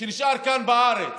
שנשאר כאן בארץ,